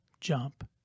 jump